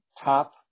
top